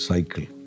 Cycle